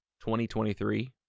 2023